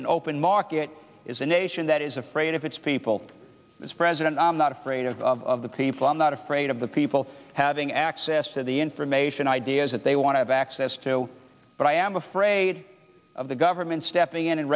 an open market is a nation that is afraid of its people its president i'm not afraid of the people i'm not afraid of the people having access to the information ideas that they want to have access to but i am afraid of the government stepping in and